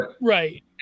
right